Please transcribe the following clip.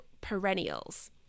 perennials